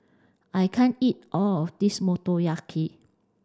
I can't eat all of this Motoyaki